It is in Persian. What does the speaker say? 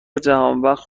جهانبخش